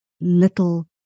little